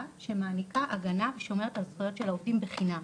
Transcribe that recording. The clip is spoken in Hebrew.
שמעניקה הגנה ושומרת על הזכויות של העובדים בחינם,